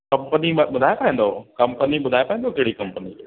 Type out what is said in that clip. company ॿ ॿुधाए सघंदो कंपनी ॿुधाए सघंदो कहिड़ी कंपनी